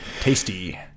Tasty